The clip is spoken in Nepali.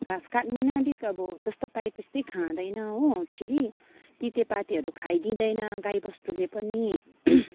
घाँस काट्नु नै अलिक अब जस्तो पायो त्यस्तै खाँदैन हो फेरि तितेपातीहरू खाइदिँदैन गाईबस्तुले पनि